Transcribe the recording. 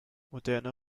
moderne